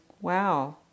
wow